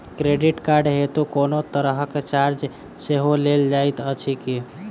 Credit card हेतु कोनो तरहक चार्ज सेहो लेल जाइत अछि की?